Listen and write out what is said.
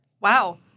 Wow